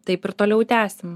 taip ir toliau tęsim